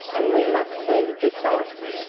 and we must see the sights.